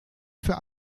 für